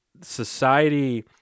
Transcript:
society